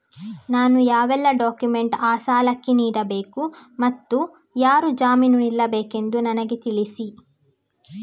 ನಾನು ಯಾವೆಲ್ಲ ಡಾಕ್ಯುಮೆಂಟ್ ಆ ಸಾಲಕ್ಕೆ ನೀಡಬೇಕು ಮತ್ತು ಯಾರು ಜಾಮೀನು ನಿಲ್ಲಬೇಕೆಂದು ನನಗೆ ತಿಳಿಸಿ?